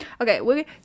Okay